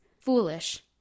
foolish